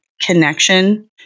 connection